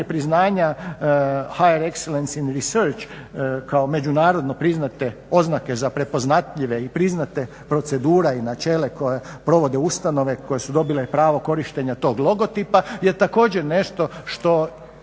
priznanja High exellence in resources kao međunarodno priznate oznake za prepoznatljive i priznate procedure i načela koje provode ustanove koje su dobile pravo korištenja tog logotipa je također nešto što